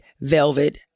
velvet